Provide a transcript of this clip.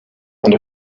and